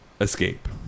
escape